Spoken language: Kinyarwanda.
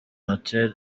hotel